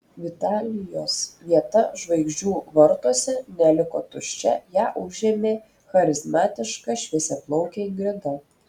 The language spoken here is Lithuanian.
vitalijos vieta žvaigždžių vartuose neliko tuščia ją užėmė charizmatiška šviesiaplaukė ingrida